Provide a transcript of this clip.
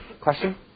Question